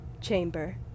chamber